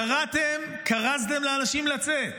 כרזתם לאנשים לצאת,